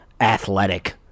athletic